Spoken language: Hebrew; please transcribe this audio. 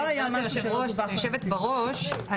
היושבת בראש,